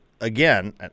again